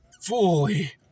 fully